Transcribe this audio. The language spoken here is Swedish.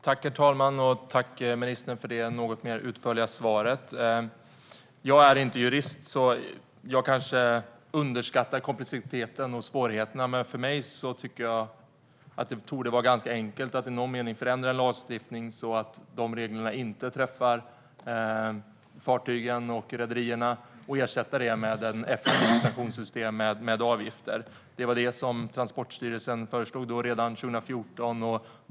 Herr talman! Tack, ministern, för det något mer utförliga svaret! Jag är inte jurist, så jag kanske underskattar komplexiteten och svårigheterna, men jag tycker att det torde vara ganska enkelt att förändra lagstiftningen, så att reglerna inte träffar fartygen och rederierna, och införa ett sanktionssystem med avgifter. Det var det som Transportstyrelsen föreslog redan 2014.